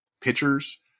pitchers